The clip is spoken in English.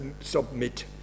submit